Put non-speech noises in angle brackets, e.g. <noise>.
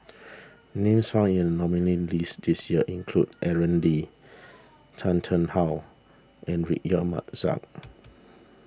<noise> names found in the nominees' list this year include Aaron Lee Tan Tarn How and <unintelligible> Mahzam <noise>